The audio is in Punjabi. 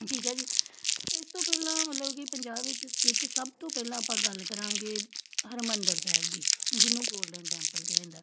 ਠੀਕ ਆ ਜੀ ਇਸ ਤੋਂ ਪਹਿਲਾਂ ਮਤਲਬ ਕਿ ਪੰਜਾਬ ਵਿੱਚ ਸਥਿਤ ਸਭ ਤੋਂ ਪਹਿਲਾਂ ਆਪਾਂ ਗੱਲ ਕਰਾਂਗੇ ਹਰਿਮੰਦਰ ਸਾਹਿਬ ਦੀ ਜਿਹਨੂੰ ਗੋਲਡਨ ਟੈਂਪਲ ਕਿਹਾ ਜਾਂਦਾ